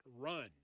run